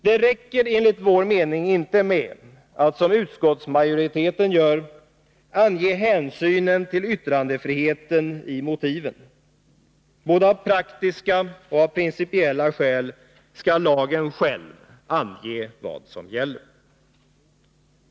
Det räcker enligt vår mening inte med att, som utskottsmajoriteten gör, ange hänsynen till yttrandefriheten i motiven. Både av praktiska och av principiella skäl skall lagen själv ange vad som gäller.